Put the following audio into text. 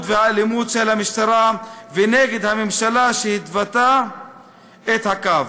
והאלימות של המשטרה ונגד הממשלה שהתוותה את הקו.